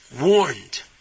warned